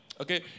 Okay